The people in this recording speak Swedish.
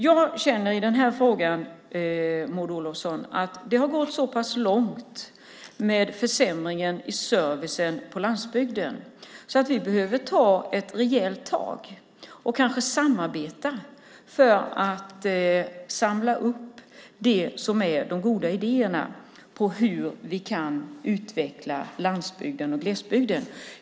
Jag känner att det i den här frågan, Maud Olofsson, har gått så pass långt med försämringen av servicen på landsbygden att vi behöver ta ett rejält tag och kanske samarbeta för att samla upp de goda idéerna om hur vi kan utveckla landsbygden och glesbygden.